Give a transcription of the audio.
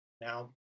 Now